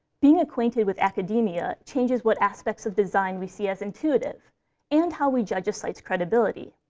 being acquainted with academia changes what aspects of design we see as intuitive and how we judge a site's credibility.